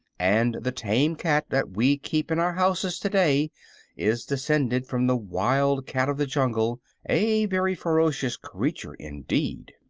and the tame cat that we keep in our houses today is descended from the wild cat of the jungle a very ferocious creature, indeed.